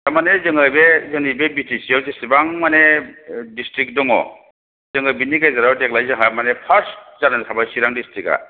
थारमाने जोङो बे जोंनि बे बि टि सि आव जिसेबां माने ओ दिस्ट्रिक्ट दङ जोङो बिनि गेजेराव देग्लाय जोंहा माने फार्स्ट जानानै थांबाय चिरां दिस्ट्रिक्टा